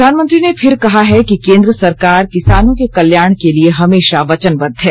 प्रधानमंत्री ने फिर कहा है कि केंद्र सरकार किसानों के कल्याण के लिए हमेशा वचनबद्ध है